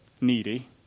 needy